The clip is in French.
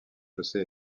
chaussée